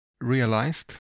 realized